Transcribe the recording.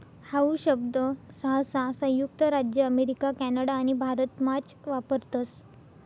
how शब्द सहसा संयुक्त राज्य अमेरिका कॅनडा आणि भारतमाच वापरतस